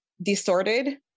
distorted